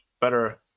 better